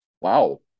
Wow